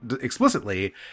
explicitly